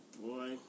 Boy